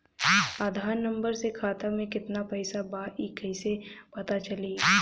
आधार number से खाता में केतना पईसा बा ई क्ईसे पता चलि?